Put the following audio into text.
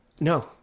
no